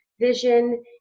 vision